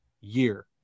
year